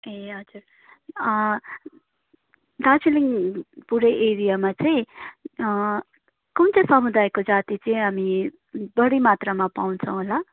ए हजुर दार्जिलिङ पुरै एरियामा चाहिँ कुन चाहिँ समुदायको जाति चाहिँ हामी बढी मात्रामा पाउँछौँ होला